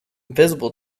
visible